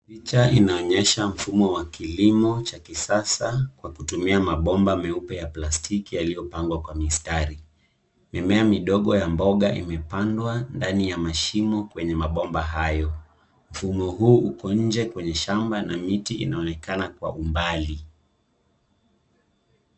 Picha inaonyesha mfumo wa kilimo cha kisasa kwa kutumia mabomba meupe ya plastiki yaliyopangwa kwa mistari. Mimea midogo ya mboga imepandwa ndani ya mashimo kwenye mabomba hayo. Mfumo huu uko nje kwenye shamba na miti inaonekana kwa umbali.